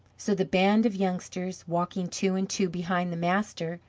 so the band of youngsters, walking two and two behind the master,